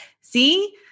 see